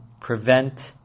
prevent